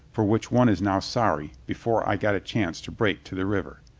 for which one is now sorry, before i got a chance to break to the river.